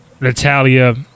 Natalia